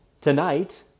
tonight